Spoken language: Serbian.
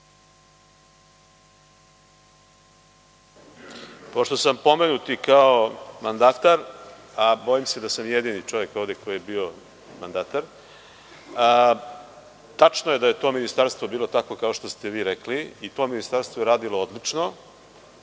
Pošto sam pomenut kao mandatar, a bojim se da sam jedini čovek ovde koji je bio mandatar. Tačno je da je to ministarstvo bilo takvo kao što ste vi rekli i to ministarstvo je radilo odlično